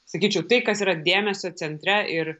sakyčiau tai kas yra dėmesio centre ir